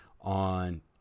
on